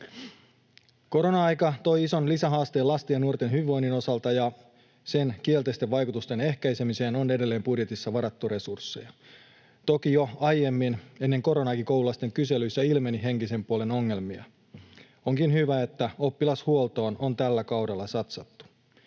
Korona-aika toi ison lisähaasteen lasten ja nuorten hyvinvoinnin osalta, ja sen kielteisten vaikutusten ehkäisemiseen on edelleen budjetissa varattu resursseja. Toki jo aiemmin, ennen koronaakin, koululaisten kyselyissä ilmeni henkisen puolen ongelmia. Onkin hyvä, että oppilashuoltoon on tällä kaudella satsattu.